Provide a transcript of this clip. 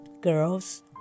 Girls